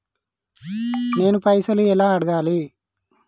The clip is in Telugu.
నేను పైసలు ఎలా అడగాలి?